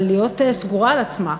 אבל להיות סגורה על עצמה.